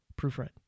proofread